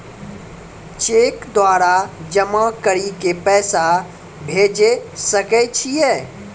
Cheque द्वारा जमा करि के पैसा भेजै सकय छियै?